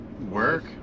Work